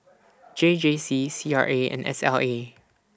J J C C R A and S L A